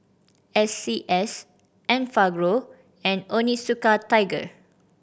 S C S Enfagrow and Onitsuka Tiger